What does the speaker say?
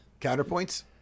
counterpoints